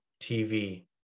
TV